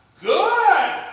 Good